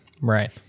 Right